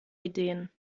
ideen